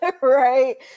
right